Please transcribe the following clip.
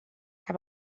que